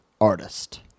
artist